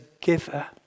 giver